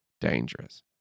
dangerous